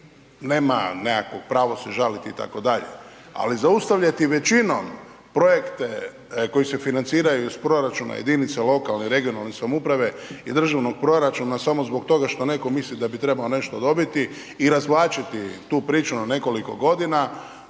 nema nekakvo pravo se žaliti itd., ali zaustavljati većinom projekte koji se financiraju iz proračuna jedinica lokalne i regionalne samouprave i državnog proračuna samo zbog toga što netko misli da bi trebao nešto dobiti i razvlačiti tu priču na nekoliko godina